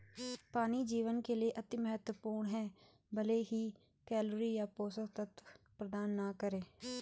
पानी जीवन के लिए अति महत्वपूर्ण है भले ही कैलोरी या पोषक तत्व प्रदान न करे